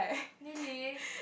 really